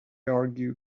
argued